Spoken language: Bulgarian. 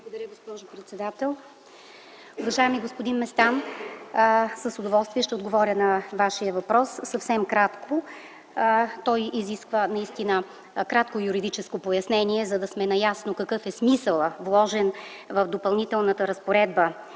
Благодаря Ви, госпожо председател. Уважаеми господин Местан, с удоволствие ще отговоря на Вашия въпрос съвсем кратко. Той изисква наистина кратко юридическо пояснение, за да сме наясно какъв е смисълът, вложен в Допълнителната разпоредба